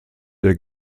der